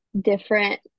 different